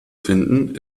finden